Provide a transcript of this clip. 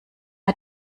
hat